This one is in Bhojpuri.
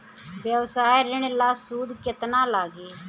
व्यवसाय ऋण ला सूद केतना लागी?